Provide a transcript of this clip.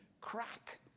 crack